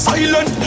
Silent